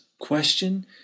question